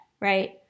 right